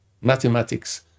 mathematics